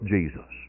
Jesus